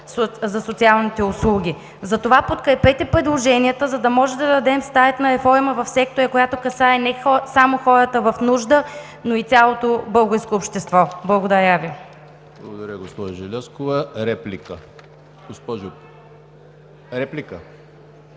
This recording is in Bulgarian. за социалните услуги, затова подкрепете предложенията, за да може да дадем старт на реформа в сектора, която касае не само хората в нужда, но и цялото българско общество. Благодаря Ви. ПРЕДСЕДАТЕЛ ЕМИЛ ХРИСТОВ: Благодаря, госпожо Желязкова. Реплики?